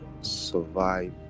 survive